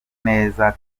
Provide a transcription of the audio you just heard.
neza